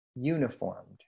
uniformed